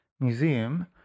museum